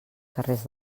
carrers